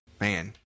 Man